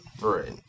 right